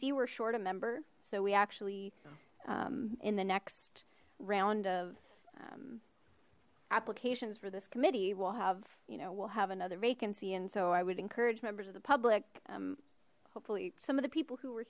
see we're short a member so we actually in the next round of applications for this committee will have you know we'll have another vacancy and so i would encourage members of the public hopefully some of the people who were